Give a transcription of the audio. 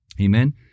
Amen